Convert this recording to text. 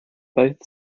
both